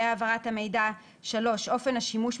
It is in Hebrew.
להגדרה מוסד